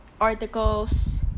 articles